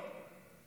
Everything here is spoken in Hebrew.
לא.